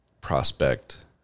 prospect